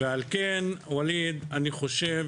על כן, ווליד, אני חושב